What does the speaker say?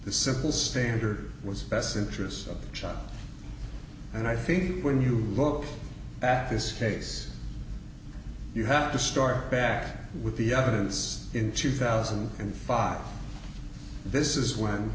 the simple standard was best interests of the child and i think when you look at this case you have to start back with the evidence in two thousand and five this is when